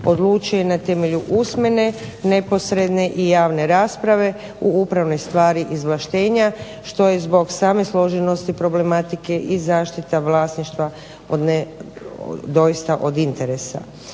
odluči na temelju usmene neposredne i javne rasprave u upravi stvari izvlaštenja što je zbog same složenosti problematike i zaštita vlasništva doista od interesa.